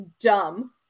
dumb